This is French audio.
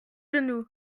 genou